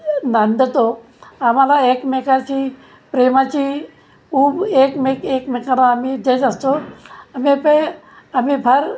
नांदतो आम्हाला एकमेकाची प्रेमाची उब एकमेक एकमेकाला आम्ही देत असतो आम्ही पे आम्ही फार